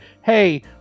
Hey